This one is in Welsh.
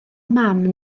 mam